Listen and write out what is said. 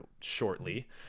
shortly